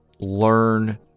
learn